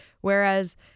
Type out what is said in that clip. whereas